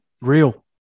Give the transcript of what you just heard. Real